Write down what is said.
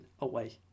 away